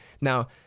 Now